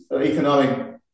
economic